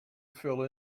fill